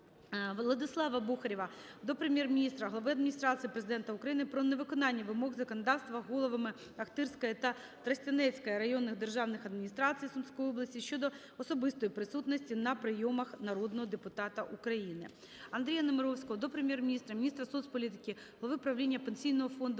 Владислава Бухарєва до Прем'єр-міністра, глави Адміністрації Президента України про невиконання вимог законодавства головами Охтирської та Тростянецької районних державних адміністрацій Сумської області щодо особистої присутності на прийомах народного депутата України. Андрія Немировського до Прем'єр-міністра, міністра соцполітики України, голови правління Пенсійного фонду,